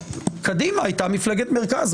קדימה הייתה מפלגת מרכז.